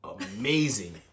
amazing